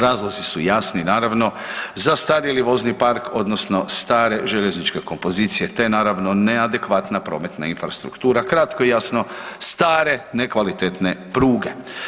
Razlozi su jasni, naravno, zastarjeli vozni park, odnosno stare željezničke kompozicije te naravno neadekvatna prometna infrastruktura, kratko i jasne, stare nekvalitetne pruge.